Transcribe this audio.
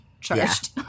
charged